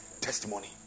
testimony